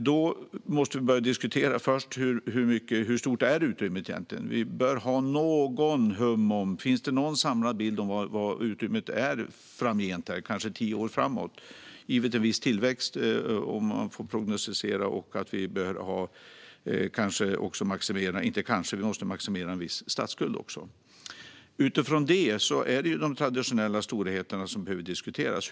Då måste vi först börja diskutera hur stort utrymmet egentligen är. Vi bör ha något hum om huruvida det finns någon samlad bild av hur stort utrymmet är framgent, kanske tio år framåt, givet en viss tillväxt om man får prognostisera. Vi måste också maximera en viss statsskuld. Utifrån detta är det de traditionella storheterna som behöver diskuteras.